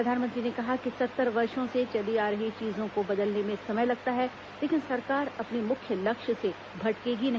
प्रधानमंत्री ने कहा कि सत्तर वर्षो से चली आ रही चीजों को बदलने में समय लगता है लेकिन सरकार अपने मुख्य लक्ष्य से भटकेगी नहीं